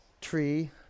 Tree